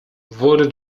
wurde